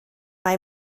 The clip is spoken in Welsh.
mae